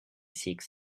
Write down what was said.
seeks